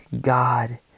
God